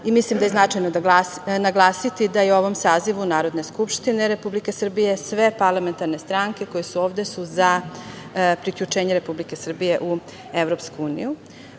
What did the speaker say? i mislim da je značajno naglasiti da u ovo sazivu Narodne skupštine Republike Srbije sve parlamentarne stranke koje su ovde su za priključenje Republike Srbije u EU.Smatram